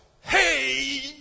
Hey